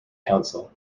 council